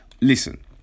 listen